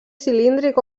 cilíndric